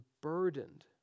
burdened